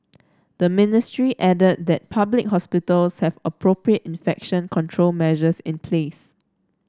the ministry added that public hospitals have appropriate infection control measures in place